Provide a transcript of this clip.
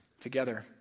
together